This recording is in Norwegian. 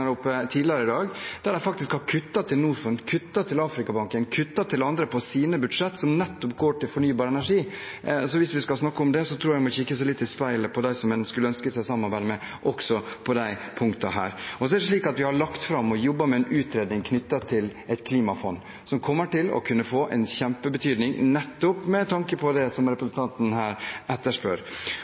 oppe tidligere i dag, og de har faktisk kuttet til Norfund, kuttet til Afrikabanken, kuttet til annet som nettopp går til fornybar energi, i sine budsjett, så hvis vi skal snakke om det, tror jeg en må kikke seg litt i speilet, se på dem som en ønsker seg samarbeid med, også på disse punktene. Så er det slik at vi har jobbet med og lagt fram en utredning knyttet til et klimafond, som kommer til å kunne få en kjempebetydning nettopp med tanke på det som representanten her etterspør.